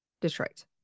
Detroit